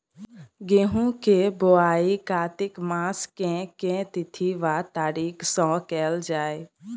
गेंहूँ केँ बोवाई कातिक मास केँ के तिथि वा तारीक सँ कैल जाए?